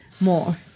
more